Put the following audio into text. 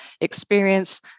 experience